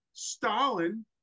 Stalin